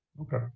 okay